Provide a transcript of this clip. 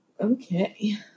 Okay